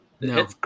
No